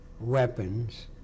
weapons